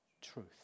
truth